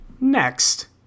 Next